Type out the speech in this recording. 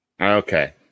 Okay